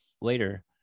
later